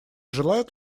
желают